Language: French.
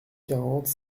quarante